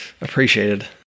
appreciated